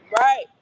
Right